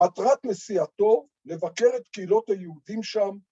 מטרת נסיעתו לבקר את קהילות היהודים שם